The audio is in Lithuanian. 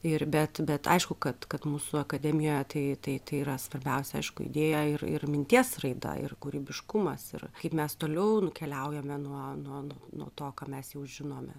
ir bet bet aišku kad kad mūsų akademijoje tai tai tai yra svarbiausia aišku idėja ir ir minties raida ir kūrybiškumas ir kaip mes toliau nukeliaujame nuo nuo nuo to ką mes jau žinome